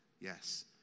yes